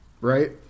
right